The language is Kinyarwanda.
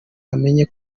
amenya